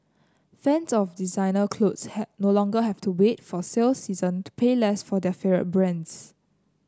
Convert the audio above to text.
fans of designer clothes had no longer have to wait for sale season to pay less for their favourite brands